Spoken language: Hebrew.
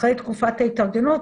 אחרי תקופת ההתארגנות,